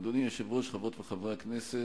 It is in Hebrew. אדוני היושב-ראש, חברות וחברי הכנסת,